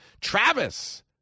Travis